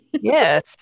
Yes